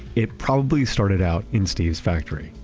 it probably started out in steve's factory.